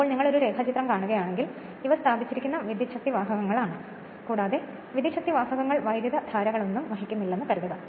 അതിനാൽ നിങ്ങൾ ഡയഗ്രം കാണുകയാണെങ്കിൽ ഇവ സ്ഥാപിച്ചിരിക്കുന്ന വിദ്യുച്ഛക്തിവാഹകങ്ങളാണ് കൂടാതെ വിദ്യുച്ഛക്തിവാഹകങ്ങൾ വൈദ്യുതധാരകളൊന്നും വഹിക്കുന്നില്ലെന്ന് കരുതുക